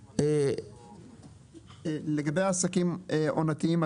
לגבי עסקים עונתיים,